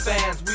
Fans